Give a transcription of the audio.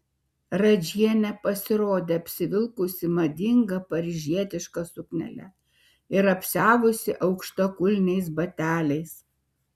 radžienė pasirodė apsivilkusi madinga paryžietiška suknele ir apsiavusi aukštakulniais bateliais